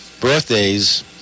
birthdays